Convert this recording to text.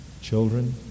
Children